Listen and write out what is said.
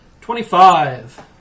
Twenty-five